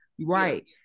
Right